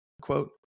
quote